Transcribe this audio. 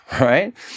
right